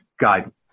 guidance